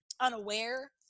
unaware